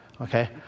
Okay